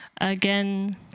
again